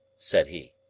said he.